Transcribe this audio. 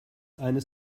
eines